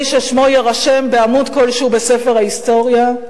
ששמו יירשם בעמוד כלשהו בספר ההיסטוריה,